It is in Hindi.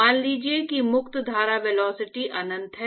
मान लीजिए कि मुक्त धारा वेलोसिटी अनंत है